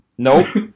Nope